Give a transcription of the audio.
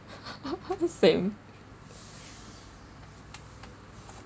same